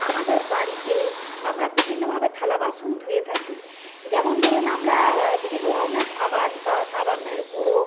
আমাদের বাড়িতে আমরা বিভিন্নভাবে থালা বাসন ধুয়ে থাকি যেমন ধরুন আমরা বিভিন্ন ধরনের সাবান বা সাবানের গুঁড়ো